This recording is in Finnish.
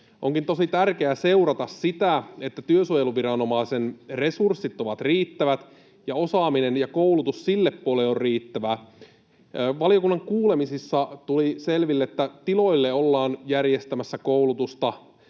Onkin tosi tärkeää seurata sitä, että työsuojeluviranomaisen resurssit ovat riittävät ja osaaminen ja koulutus sille puolelle on riittävää. Valiokunnan kuulemisissa tuli selville, että tiloille ollaan järjestämässä koulutusta,